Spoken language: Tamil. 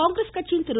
காங்கிரஸ் கட்சியின் திரு